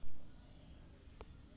লঙ্কা চাষ এই মরসুমে কি রকম হয়?